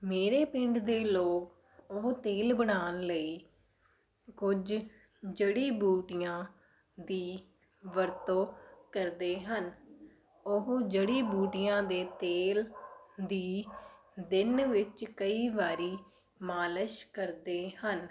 ਮੇਰੇ ਪਿੰਡ ਦੇ ਲੋਕ ਉਹ ਤੇਲ ਬਣਾਉਣ ਲਈ ਕੁਝ ਜੜੀ ਬੂਟੀਆਂ ਦੀ ਵਰਤੋਂ ਕਰਦੇ ਹਨ ਉਹ ਜੜੀ ਬੂਟੀਆਂ ਦੇ ਤੇਲ ਦੀ ਦਿਨ ਵਿੱਚ ਕਈ ਵਾਰੀ ਮਾਲਿਸ਼ ਕਰਦੇ ਹਨ